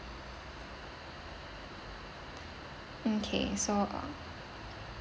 okay so uh